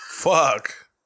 Fuck